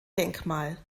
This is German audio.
denkmal